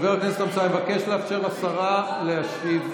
אני מבקש לאפשר לשרה להשיב,